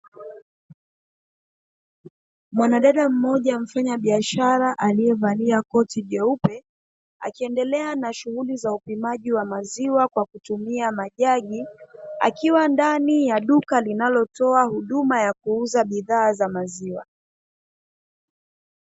Mwanadada mmoja mfanyabiashara aliyevalia koti jeupe, akiendelea na shughuli za upimaji wa maziwa kwa kutumia majagi, akiwa ndani ya duka linalotoa huduma ya kuuza bidhaa za maziwa.